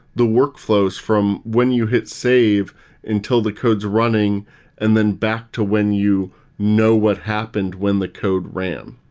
the workflows from when you hit save until the code is running and then back to when you know what happened when the code ran.